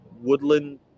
Woodland